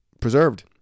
preserved